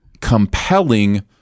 compelling